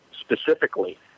specifically